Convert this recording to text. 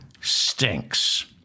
stinks